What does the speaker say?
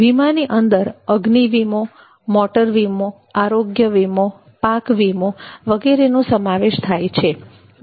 વીમાની અંદર અગ્નિ વીમોમોટર વીમો આરોગ્ય વીમો પાક વીમો વગેરેનો સમાવેશ થાય છે